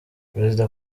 perezida